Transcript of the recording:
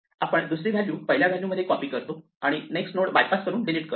आपण दुसरी व्हॅल्यू पहिल्या व्हॅल्यू मध्ये कॉपी करतो आणि नेक्स्ट नोड बायपास करून डिलीट करतो